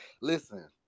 listen